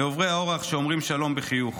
ועוברי האורח שאומרים שלום בחיוך.